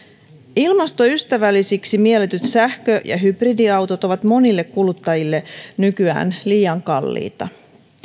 ilmastoystävällisiksi mielletyt sähkö ja hybridiautot ovat monille kuluttajille nykyään liian kalliita